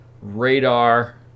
radar